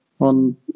on